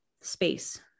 space